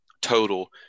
total